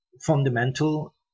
fundamental